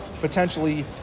potentially